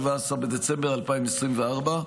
17 בדצמבר 2024,